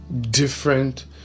different